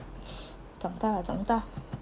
长大了长大